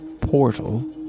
portal